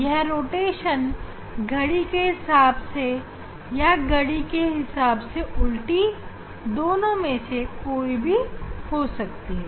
यह रोटेशन दक्षिणावर्त और वामावर्त दोनों में से कोई भी हो सकती है